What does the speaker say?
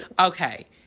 Okay